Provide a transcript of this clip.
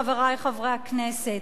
חברי חברי הכנסת,